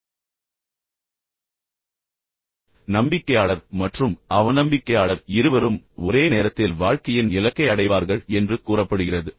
இப்போது நம்பிக்கையாளர் மற்றும் அவநம்பிக்கையாளர் இருவரும் ஒரே நேரத்தில் வாழ்க்கையின் இலக்கை அடைவார்கள் என்று கூறப்படுகிறது